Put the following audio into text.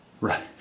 Right